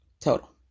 Total